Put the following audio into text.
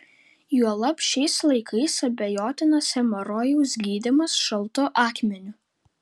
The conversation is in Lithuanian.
juolab šiais laikais abejotinas hemorojaus gydymas šaltu akmeniu